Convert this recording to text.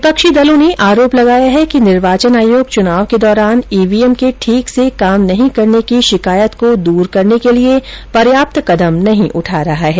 विपक्षी दलों ने आरोप लगाया है कि निर्वाचन आयोग चुनाव के दौरान ईवीएम के ठीक से काम नहीं करने की शिकायत को दूर करने के लिए पर्याप्त कदम नही उठा रहा है